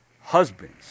husbands